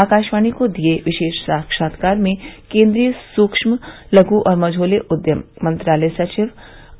आकाशवाणी को दिये विशेष साक्षात्कार में केन्द्रीय सूक्ष्म लघु और मक्षोले उद्यम मंत्रालय सचिव